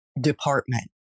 department